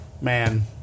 man